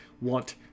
want